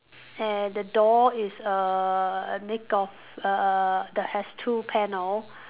and the door is err make of err the has two panel